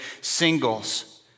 singles